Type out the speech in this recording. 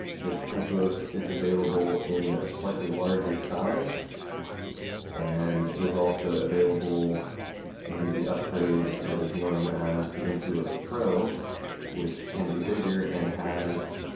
this intuos is available in a slightly larger size and is also available in the upgrade that is known as the intuos pro which can be bigger and has